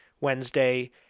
Wednesday